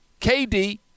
KD